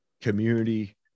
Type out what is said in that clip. community